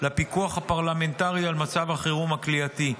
לפיקוח הפרלמנטרי על מצב החירום הכליאתי.